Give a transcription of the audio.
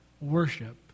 worship